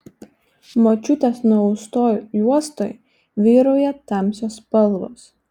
močiutės nuaustoj juostoj vyrauja tamsios spalvos